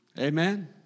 Amen